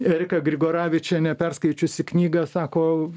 erika grigoravičienė perskaičiusi knygą sako